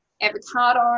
Avocado